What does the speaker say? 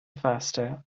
faster